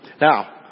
Now